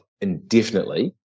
indefinitely